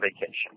vacation